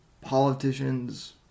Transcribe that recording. politicians